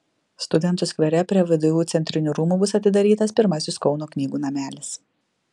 studentų skvere prie vdu centrinių rūmų bus atidarytas pirmasis kauno knygų namelis